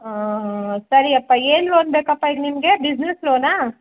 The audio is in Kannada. ಹಾಂ ಸರಿಯಪ್ಪಾ ಏನು ಲೋನ್ ಬೇಕಪ್ಪ ಈಗ ನಿಮಗೆ ಬಿಸ್ನೆಸ್ ಲೋನಾ